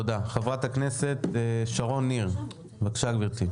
חברת הכנסת שרון ניר, בבקשה גברתי.